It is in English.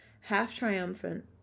half-triumphant